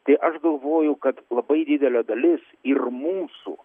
tai aš galvoju kad labai didelė dalis ir mūsų